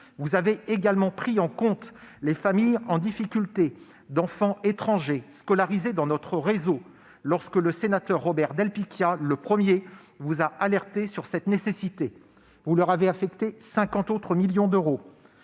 Vous avez également pris en compte la situation des familles en difficulté d'enfants étrangers scolarisés dans notre réseau, lorsque le sénateur Robert del Picchia, le premier, vous a alerté sur cette nécessité. Vous avez ainsi alloué cinquante autres millions d'euros